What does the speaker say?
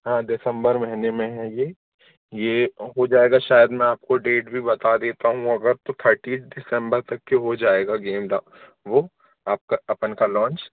हाँ दिसंबर महीने में है ये ये हो जाएगा शायद मैं आपको डेट भी बता देता हूँ अगर तो थर्टीन दिसंबर तक के हो जाएगा गेम वो आपका अपन का लॉन्च